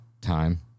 time